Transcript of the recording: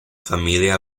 familia